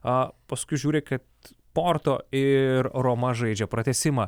o paskui žiūri kad porto ir roma žaidžia pratęsimą